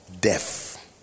death